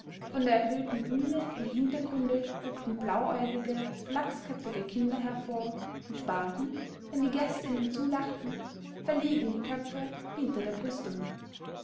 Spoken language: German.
von der erhöhten bühne im hintergrunde guckten blauäugige flachsköpfige kinder hervor und bargen wenn die gäste ihnen zulachten verlegen die köpfe hinter der brüstung